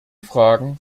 fragen